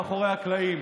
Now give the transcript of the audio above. מאחורי הקלעים.